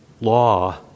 law